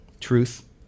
Truth